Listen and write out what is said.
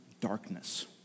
darkness